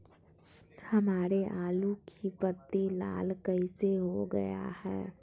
हमारे आलू की पत्ती लाल कैसे हो गया है?